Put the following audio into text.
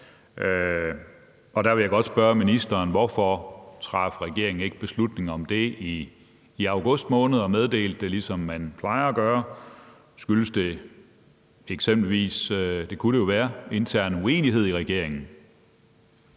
og der vil jeg godt spørge ministeren: Hvorfor traf regeringen ikke beslutning om det i august måned og meddelte det, som man plejer at gøre? Skyldes det eksempelvis – det kunne jo godt være – intern uenighed i regeringen?